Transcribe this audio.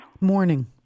Morning